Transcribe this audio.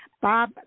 Bob